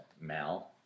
Mal